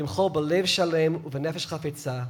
ימחל בלב שלם ובנפש חפצה,